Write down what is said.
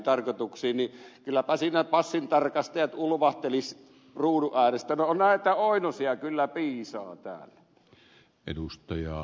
kylläpä siinä passintarkastajat ulvahtelisivat ruudun ääressä että no näitä oinosia kyllä piisaa täällä